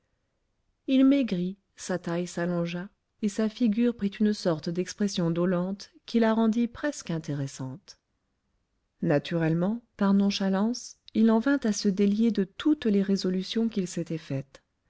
il maigrit sa taille s'allongea et sa figure prit une sorte d'expression dolente qui la rendit presque intéressante naturellement par nonchalance il en vint à se délier de toutes les résolutions qu'il s'était faites